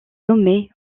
nommée